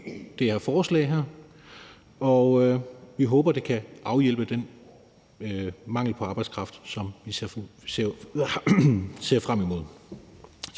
det her forslag, og vi håber, det kan afhjælpe den mangel på arbejdskraft, som vi ser frem imod.